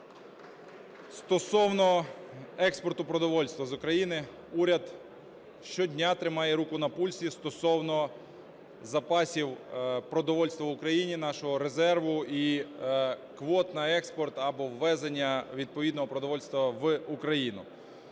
Стосовно експорту продовольства з України. Уряд щодня тримає руку на пульсі стосовно запасів продовольства в Україні, нашого резерву і квот на експорт або ввезення відповідного продовольства в Україну.